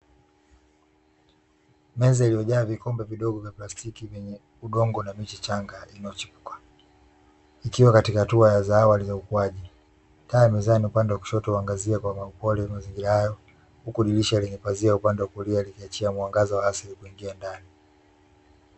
Meza iliyojaa vikombe vidogo vya plastiki vyenye udongo na miche changa inayochipua, ikiwa katika hatua za awali za ukuaji. Taa ya mezani upande wa kushoto huangazia ya ukuaji wa mazingira hayo, huku dirisha lenye pazia upande wa kulia likiachia mwangaza wa asili kuingia ndani.